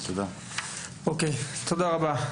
תודה רבה.